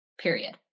period